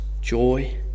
joy